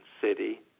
city